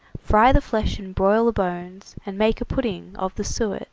fry the flesh, and broil the bones, and make a pudding of the su-et.